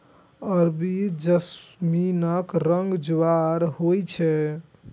अरबी जैस्मीनक रंग उज्जर होइ छै